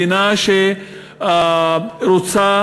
מדינה שרוצה